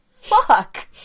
Fuck